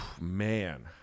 man